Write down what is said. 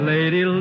Lady